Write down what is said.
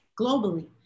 globally